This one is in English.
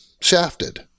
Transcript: shafted